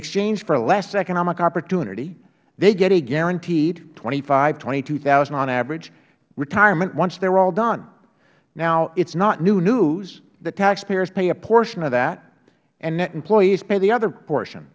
exchange for less economic opportunity they get a guaranteed twenty five twenty two thousand on average retirement once they are all done now it is not new news that taxpayers pay a portion of that and that employees pay the other portion